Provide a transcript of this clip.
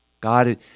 God